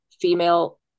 female